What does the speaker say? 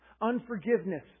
Unforgiveness